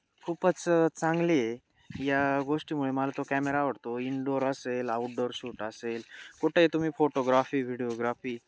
खूपच चांगली आहे या गोष्टीमुळे मला तो कॅमेरा आवडतो इनडोअर असेल आऊटडोअर शूट असेल कुठंही तुम्ही फोटोग्राफी व्हिडिओग्राफी